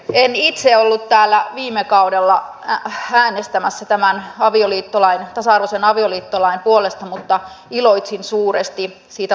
en itse ollut täällä viime kaudella äänestämässä tämän tasa arvoisen avioliittolain puolesta mutta iloitsin suuresti siitä lopputuloksesta